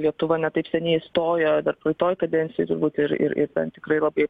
lietuva ne taip seniai įstojo dar praeitoj kadencijoj turbūt ir ir ir ten tikrai labai